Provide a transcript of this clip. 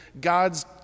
God's